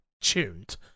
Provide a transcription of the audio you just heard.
tuned